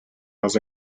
was